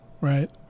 Right